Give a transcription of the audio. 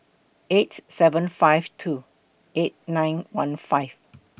eight seven five two eight nine one five